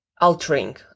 altering